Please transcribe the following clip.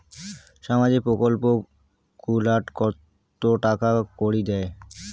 সামাজিক প্রকল্প গুলাট কত টাকা করি দেয়?